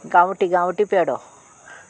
गांवठी गांवठी पेडो